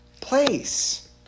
place